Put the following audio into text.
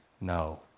no